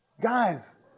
Guys